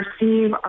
receive